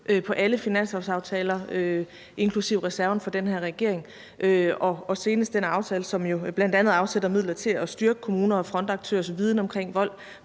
på alle finanslovsaftaler, inklusive reserven, og senest med den aftale, som jo bl.a. afsætter midler til at styrke kommuners og frontaktørers viden om vold,